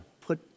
put